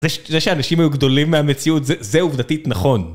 זה זה שאנשים היו גדולים מהמציאות, זה זה עובדתית נכון.